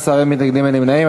בעד 15, אין מתנגדים, אין נמנעים.